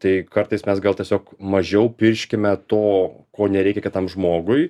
tai kartais mes gal tiesiog mažiau pirškime to ko nereikia kitam žmogui